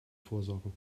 vorsorgen